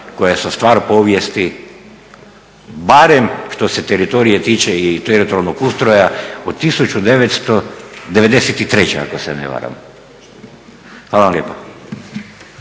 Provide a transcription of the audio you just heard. koja su stvar povijesti, barem što se teritorija tiče i teritorijalnog ustroja od 1993., ako se ne varam. Hvala vam lijepa.